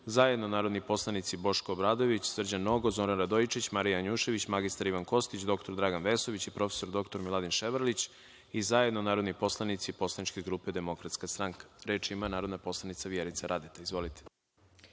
zajedno narodni poslanici Boško Obradović, Srđan Nogo, Zoran Radojičić, Marija Janjušević, mr Ivan Kostić, dr Dragan Vesović i prof. dr Miladin Ševarlić, i zajedno narodni poslanici Poslaničke grupe Demokratska stranka. Reč ima narodni poslanik Zoran Krasić. Izvolite.